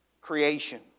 creation